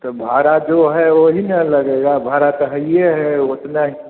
तो भाड़ा जो है वो ही ना लगेगा भाड़ा तो है ही है उतना ही